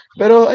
pero